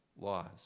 laws